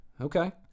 Okay